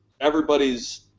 everybody's